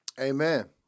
Amen